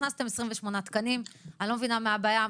הכנסתם 28 תקנים, אני לא מבינה מה הבעיה.